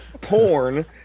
porn